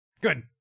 Good